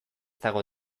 dago